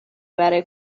برای